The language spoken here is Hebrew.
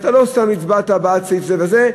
לא סתם הצבעת בעד סעיף זה וזה,